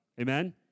Amen